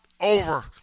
over